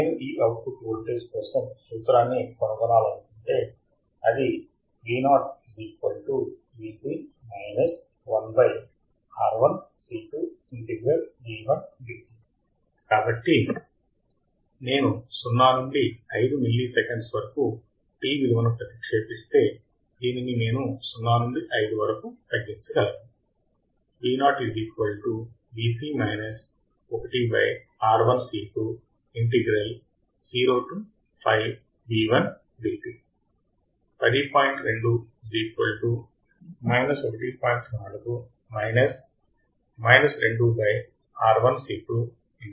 నేను ఈ output voltage కోసం సూత్రాన్ని కనుగొనాలనుకుంటే అది కాబట్టి నేను 0 నుండి 5 మిల్లి సెకండ్స్ వరకు t విలువని ప్రతిక్షేపిస్తే దీనిని నేను 0 నుండి 5 వరకు తగ్గించగలను